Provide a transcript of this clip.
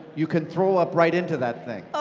you can throw up right into that thing.